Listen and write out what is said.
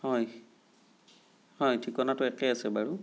হয় হয় ঠিকনাটো ইয়াতে আছে বাৰু